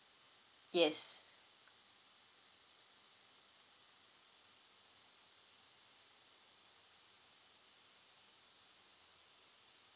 yes